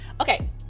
Okay